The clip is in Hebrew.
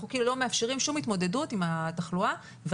אנחנו כאילו לא מאפשרים כל התמודדות עם התחלואה וראינו